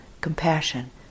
compassion